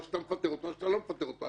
או שאתה מפטר אותו או שאתה לא מפטר אותו,